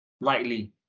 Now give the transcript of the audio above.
lightly